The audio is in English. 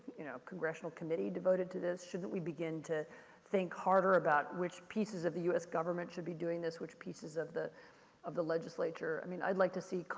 you know, congressional committee devoted to this? shouldn't we begin to think harder about which pieces of the us government should be doing, which pieces of the of the legislature. i mean i'd like to see,